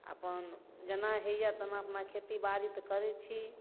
आओर अपन जेना होइए तेना अपना खेतीबाड़ी तऽ करै छी